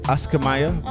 Askamaya